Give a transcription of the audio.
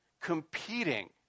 Competing